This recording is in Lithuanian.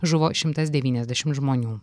žuvo šimtas devyniasdešim žmonių